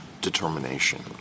determination